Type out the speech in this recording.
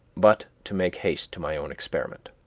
but to make haste to my own experiment.